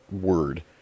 word